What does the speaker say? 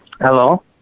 Hello